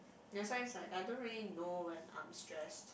that's why is like I don't really know when I am stress